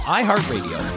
iHeartRadio